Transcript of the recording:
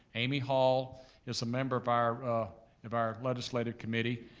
amy hall is a member of our of our legislative committee.